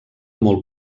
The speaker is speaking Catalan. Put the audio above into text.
molt